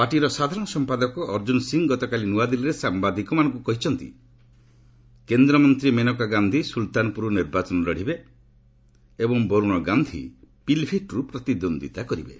ପାର୍ଟିର ସାଧାରଣ ସମ୍ପାଦକ ଅର୍ଜ୍ଜୁନ ସିଂହ ଗତକାଲି ନୂଆଦିଲ୍ଲୀରେ ସାମ୍ବାଦିକମାନଙ୍କୁ କହିଛନ୍ତି କେନ୍ଦ୍ରମନ୍ତ୍ରୀ ମେନକା ଗାନ୍ଧି ସୁଲତାନପୁରରୁ ନିର୍ବାଚନ ଲଢ଼ିବେ ଏବଂ ବରୁଣ ଗାନ୍ଧି ପିଲିଭିଟ୍ରୁ ପ୍ରତିଦ୍ୱନ୍ଦ୍ୱୀତା କରିବେ